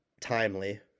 timely